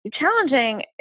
challenging